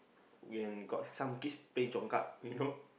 when we got some kids playing congkak you know